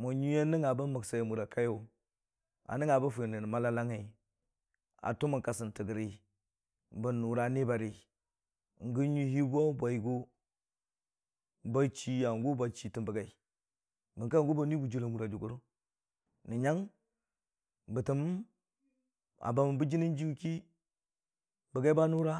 mo nyui yə nəngngə bə məbsəi ə murə kaigu, ə nəngngə bə fini nən mələləngngi, ə tumən kasən tə gəri bə nurə nibəri n'gə nyuiyi bo bwəigu bə chii həngu bə chii tən bəgəi bə ka həngu bə nui bujiri ə murə bugəi, nən yəng bətəmbə ə bəmən bə jinii ə jiyu ki.